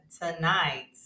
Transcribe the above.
tonight